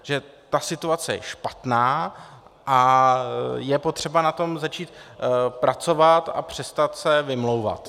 Že ta situace je špatná a je potřeba na tom začít pracovat a přestat se vymlouvat.